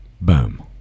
boom